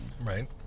Right